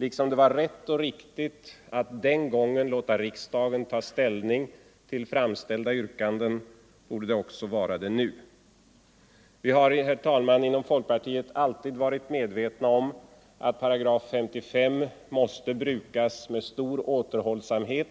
Liksom det var rätt och riktigt att den gången låta riksdagen ta ställning till framställda yrkanden borde det också vara det nu. Vi har, herr talman, inom folkpartiet alltid varit medvetna om att 55 § måste brukas med största återhållsamhet